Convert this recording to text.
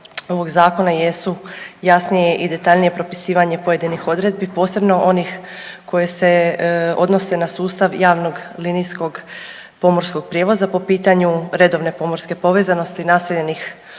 ovog zakona jesu jasnije i detaljnije propisivanje pojedinih odredbi posebno onih koje se odnose na sustav javnog linijskog pomorskog prijevoza po pitanju redovne pomorske povezanosti naseljenih otoka